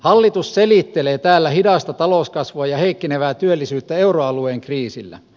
hallitus selittelee täällä hidasta talouskasvua ja heikkenevää työllisyyttä euroalueen kriisillä